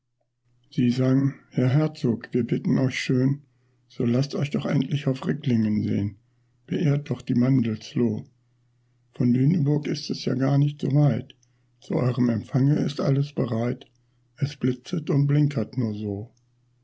sie sang herr herzog wir bitten euch schön so laßt euch doch endlich auf ricklingen sehn beehrt doch die mandelsloh von lüneburg ist es ja gar nicht so weit zu eurem empfange ist alles bereit es blitzet und blinkert nur so